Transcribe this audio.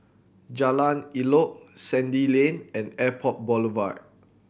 Jalan Elok Sandy Lane and Airport Boulevard